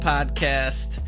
Podcast